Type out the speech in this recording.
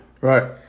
Right